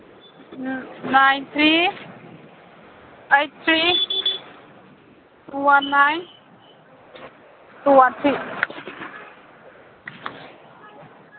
um nine three eight three two one nine two one three